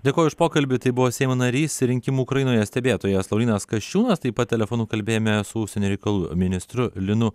dėkoju už pokalbį tai buvo seimo narys rinkimų ukrainoje stebėtojas laurynas kasčiūnas taip pat telefonu kalbėjome su užsienio reikalų ministru linu